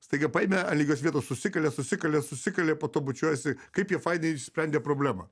staiga paėmė ant lygios vietos susikalė susikalė susikalė po to bučiuojasi kaip jie fainiai išsprendė problemą